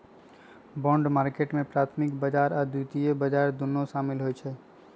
bond market में प्राथमिक बजार आऽ द्वितीयक बजार दुन्नो सामिल होइ छइ